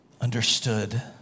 understood